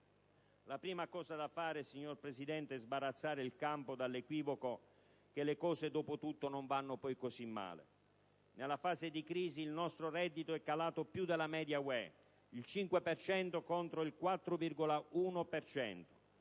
La prima cosa da fare, signor Presidente, è sbarazzare il campo dall'equivoco che le cose, dopo tutto, non vanno poi così male. Nella fase di crisi, il nostro reddito è calato più della media Unione europea (il